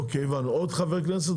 אוקי הבנו, עוד חבר כנסת?